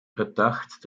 verdacht